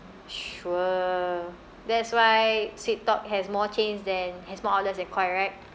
sure that's why Sweettalk has more chains than has more outlets than Koi right